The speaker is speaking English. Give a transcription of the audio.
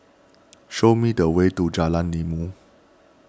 show me the way to Jalan Ilmu